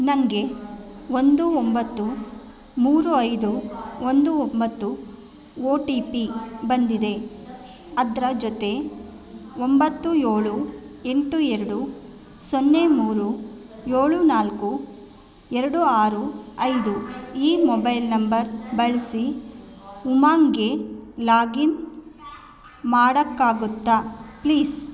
ನನ್ಗೆ ಒಂದು ಒಂಬತ್ತು ಮೂರು ಐದು ಒಂದು ಒಂಬತ್ತು ಓ ಟಿ ಪಿ ಬಂದಿದೆ ಅದರ ಜೊತೆ ಒಂಬತ್ತು ಏಳು ಎಂಟು ಎರಡು ಸೊನ್ನೆ ಮೂರು ಏಳು ನಾಲ್ಕು ಎರಡು ಆರು ಐದು ಈ ಮೊಬೈಲ್ ನಂಬರ್ ಬಳಸಿ ಉಮಾಂಗೆ ಲಾಗಿನ್ ಮಾಡೋಕ್ಕಾಗತ್ತ ಪ್ಲೀಸ್